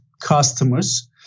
customers